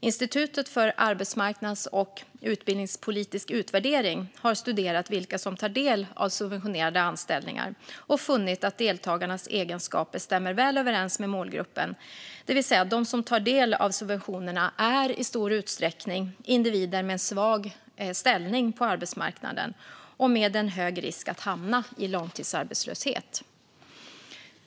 Institutet för arbetsmarknads och utbildningspolitisk utvärdering har studerat vilka som tar del av subventionerade anställningar och funnit att deltagarnas egenskaper stämmer väl överens med målgruppen, det vill säga att de som tar del av subventionerna i stor utsträckning är individer med en svag ställning på arbetsmarknaden och med en hög risk att hamna i långtidsarbetslöshet.